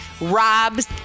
Rob's